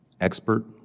expert